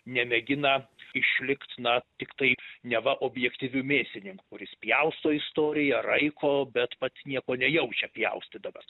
nemėgina išlikt na tiktai neva objektyviu mėsininku kuris pjausto istoriją raiko bet pats nieko nejaučia pjaustydamas